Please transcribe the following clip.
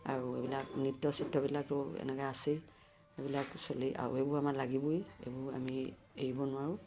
আৰু এইবিলাক নৃত্য চিত্তবিলাকো এনেকৈ আছেই সেইবিলাক চলি আৰু এইবোৰ আমাৰ লাগিবই এইবোৰ আমি এৰিব নোৱাৰোঁ